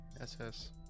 SS